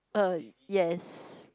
uh yes